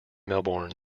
melbourne